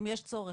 אם יש צורך.